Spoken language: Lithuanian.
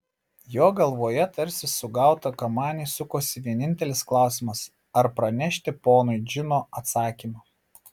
jo galvoje tarsi sugauta kamanė sukosi vienintelis klausimas ar pranešti ponui džino atsakymą